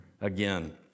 again